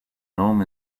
norm